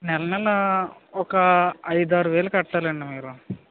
నెల నెలా ఒక ఐదు ఆరు వేలు కట్టాలి అండి మీరు